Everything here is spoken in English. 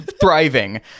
thriving